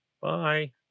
bye